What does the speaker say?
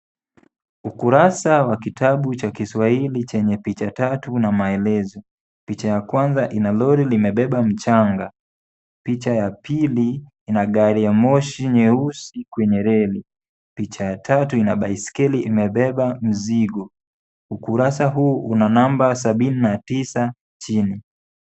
Ukurasa wa kitabu Cha kiswahili chenye picha tatu na maelezo ,picha ya kwanza Ina Lori limebeba mchanga , picha ya pili Ina gari ya Moshi nyeusi kwenye reli ,picha ya tatu Ina baiskeli imebeba mzigo , ukurasa huu una namba sabini na tisa chini.